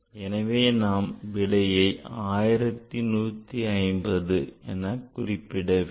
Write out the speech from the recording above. எனவே நாம் விடையை 1150 என குறிக்க வேண்டும்